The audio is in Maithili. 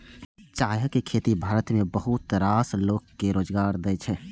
चायक खेती भारत मे बहुत रास लोक कें रोजगार दै छै